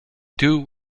two